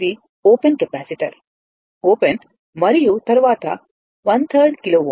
ఇది open capacitor open మరియు తరువాత 1 3 ర్డ్ కిలోΩ